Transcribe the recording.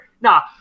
Nah